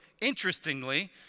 interestingly